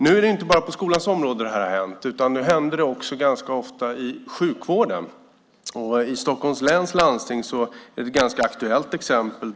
Nu är det inte bara på skolans område som det här har hänt. Nu händer det också ganska ofta i sjukvården. I Stockholms läns landsting finns det ett aktuellt exempel.